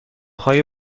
های